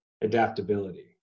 adaptability